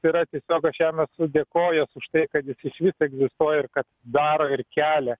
tai yra tiesiog aš jam esu dėkojęs už tai kad jis išvis egzistuoja ir kad daro ir kelia